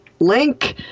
Link